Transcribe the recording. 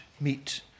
meet